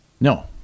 No